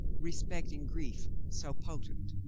respecting grief so potent.